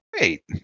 wait